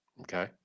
Okay